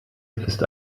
ist